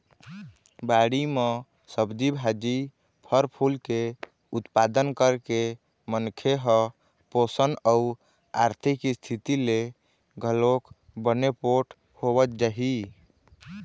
बाड़ी म सब्जी भाजी, फर फूल के उत्पादन करके मनखे ह पोसन अउ आरथिक इस्थिति ले घलोक बने पोठ होवत जाही